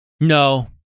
No